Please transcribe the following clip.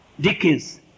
Dickens